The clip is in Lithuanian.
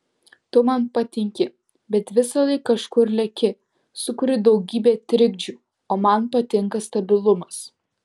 tu man patinki bet visąlaik kažkur leki sukuri daugybę trikdžių o man patinka stabilumas